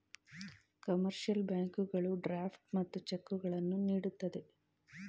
commercial ಬ್ಯಾಂಕುಗಳು draft ಮತ್ತು ಚೆಕ್ಕುಗಳನ್ನು ನೀಡುತ್ತದೆ